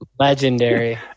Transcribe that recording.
Legendary